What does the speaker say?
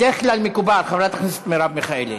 בדרך כלל מקובל, חברת הכנסת מרב מיכאלי,